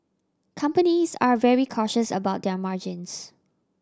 companies are very cautious about their margins